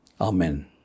Amen